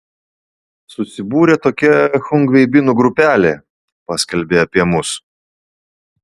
susibūrė tokia chungveibinų grupelė paskelbė apie mus